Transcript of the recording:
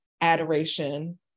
adoration